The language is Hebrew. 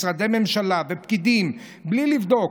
משרדי הממשלה ופקידים בלי לבדוק,